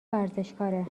ورزشکاره